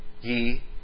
ye